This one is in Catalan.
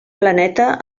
planeta